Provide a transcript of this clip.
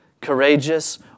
courageous